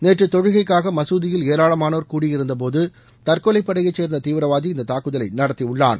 நேற்று தொழுகைக்காக மசூதியில் ஏராளமானோர் கூடியிருந்தபோது தற்கொலைப்படையைச் சேர்ந்த தீவிரவாதி இந்த தாக்குதலை நடத்தியுள்ளான்